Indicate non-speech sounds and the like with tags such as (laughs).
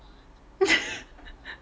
(laughs)